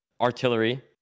artillery